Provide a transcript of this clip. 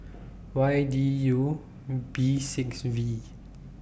Y D U B six V